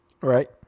Right